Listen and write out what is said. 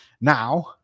Now